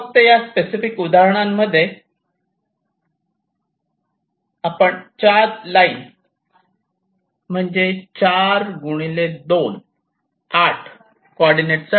फक्त या पॅसिफिक उदाहरणांमध्ये आपण 4 लाईन म्हणजे 4 2 8 कॉर्डीनेट चा ट्रॅक ठेवत आहोत